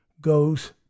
goes